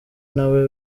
nawe